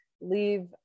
leave